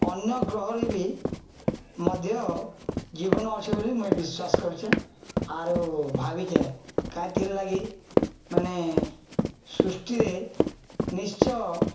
ଅନ୍ୟ ଗ୍ରହରେ ବି ମଧ୍ୟ ଜୀବନ ଅଛି ବୋଲି ମୁଇଁ ବିଶ୍ୱାସ କରୁଛେଁ ଆରୁ ଭାବିଛେ କାାଇଁଥିର୍ ଲାଗି ମାନେ ସୃଷ୍ଟିରେ ନିଶ୍ଚୟ